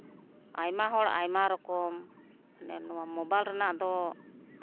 ᱟᱭᱢᱟ ᱦᱚᱲ ᱟᱭᱢᱟ ᱨᱚᱠᱚᱢ ᱢᱟᱱᱮ ᱱᱚᱣᱟ ᱢᱳᱵᱟᱭᱤᱞ ᱨᱮᱱᱟᱜ ᱫᱚ